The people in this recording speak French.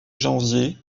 janvier